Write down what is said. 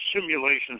simulations